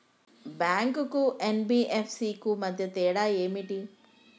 Bank కు NBFC కు మధ్య తేడా ఏమిటి?